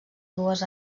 dues